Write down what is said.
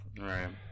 Right